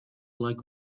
like